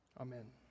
Amen